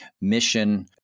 mission